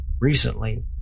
recently